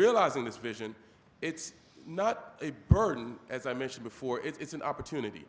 realizing this vision it's not a burden as i mentioned before it's an opportunity